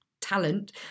talent